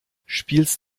spielst